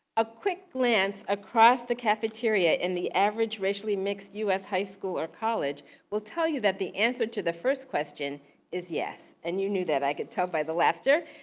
a quick glance across the cafeteria in the average racially mixed u s. high school or college will tell you that the answer to the first question is yes. and you knew that, i could tell by the laughter.